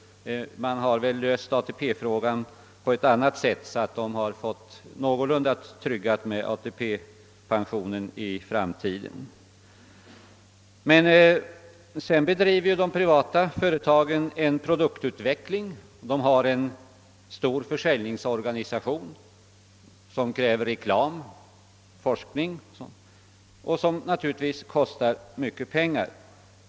Man har väl löst ATP-frågan på ett annat sätt så att det är något så när tryggat med ATP-pensionen i framtiden. Därtill kommer att de privata företagen bedriver en produktutveckling. De här en stor försäljningsorganisation som kräver reklam samt forskning, vilket allt naturligtvis kostar pengar.